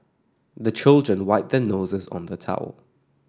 the children wipe their noses on the towel